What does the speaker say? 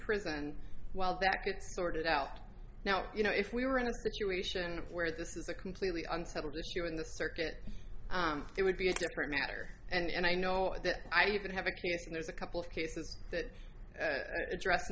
prison while that gets sorted out now you know if we were in a situation where this is a completely unsettled issue in the circuit it would be a different matter and i know that i even have a case and there's a couple of cases that address